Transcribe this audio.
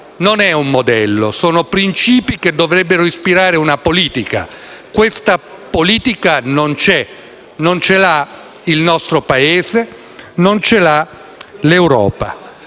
sono un modello, sono principi che dovrebbero ispirare una politica. Questa politica non c'è, non ce l'ha il nostro Paese e non ce l'ha l'Europa.